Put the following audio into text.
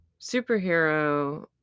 superhero